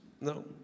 No